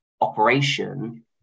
operation